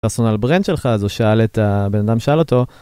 פרסונל ברנד שלך, אז הוא שאל את ה... הבן אדם שאל אותו.